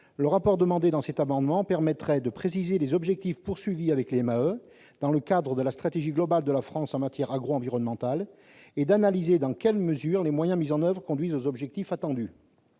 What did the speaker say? Le rapport demandé dans cet amendement permettrait de préciser les objectifs poursuivis avec les MAE, dans le cadre de la stratégie globale de la France en matière agroenvironnementale, et d'analyser dans quelle mesure les moyens mis en oeuvre conduisent aux buts visés.